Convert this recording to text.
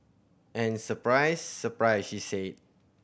and surprise surprise she said